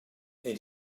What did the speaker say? and